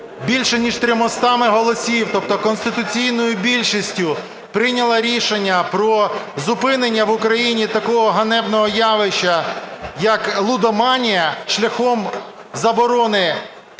більш ніж 300 голосами, тобто конституційною більшістю, прийняла рішення про зупинення в Україні такого ганебного явища, як лудоманія, шляхом заборони гральних